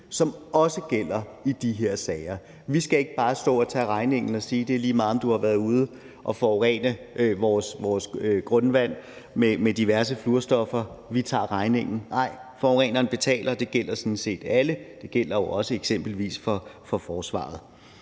som også gælder i de her sager. Vi skal ikke bare stå og tage regningen og sige, at det er lige meget, om du har været ude at forurene vores grundvand med diverse fluorstoffer, og vi tager regningen. Nej, forureneren betaler, og det gælder sådan set alle. Det gælder jo eksempelvis også for forsvaret.